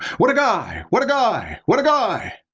what a guy! what a guy! what a guy!